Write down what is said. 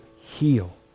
heal